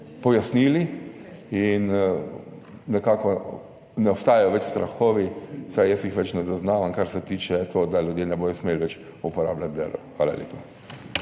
pojasnili in nekako ne obstajajo več strahovi, vsaj jaz jih več ne zaznavam, kar se tiče tega, da ljudje ne bodo smeli več uporabljati drv. Hvala lepa.